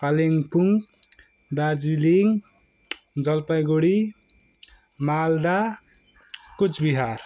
Kalimpong Darjeeling Jalpaiguri Malda Cooch Behar